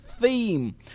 theme